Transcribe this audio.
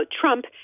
Trump